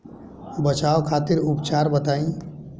बचाव खातिर उपचार बताई?